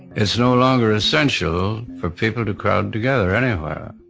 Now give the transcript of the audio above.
it's no longer essential for people to crowd together, anywhere.